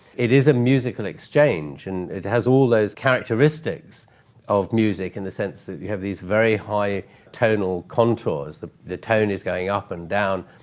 it is a musical exchange, and it has all those characteristics of music in the sense that you have these very high tonal contours, the the tone is going up and down,